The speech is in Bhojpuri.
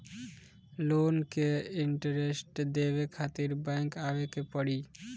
लोन के इन्टरेस्ट देवे खातिर बैंक आवे के पड़ी?